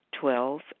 twelve